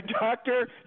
doctor